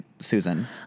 Susan